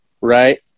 right